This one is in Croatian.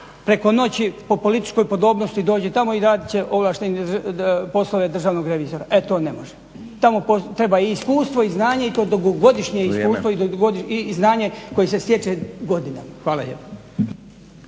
preko noći po političkoj podobnosti dođi tamo i radit će ovlaštene poslove Državnog revizora. E to ne može, to mu treba i iskustvo i znanje i to dugogodišnje iskustvo i znanje koje se stječe godinama. Hvala lijepa.